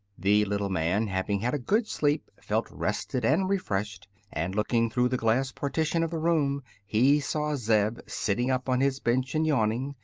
the little man, having had a good sleep, felt rested and refreshed, and looking through the glass partition of the room he saw zeb sitting up on his bench and yawning.